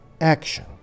action